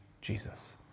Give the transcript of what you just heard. Jesus